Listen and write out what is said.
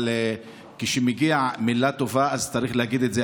אבל כשמגיעה מילה טובה אז צריך להגיד את זה,